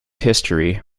history